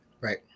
Right